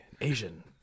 Asian